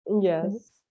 Yes